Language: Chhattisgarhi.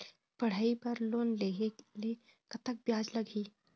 पढ़ई बर लोन लेहे ले कतक ब्याज लगही?